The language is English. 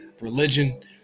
Religion